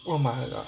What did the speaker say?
oh my god